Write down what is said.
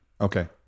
Okay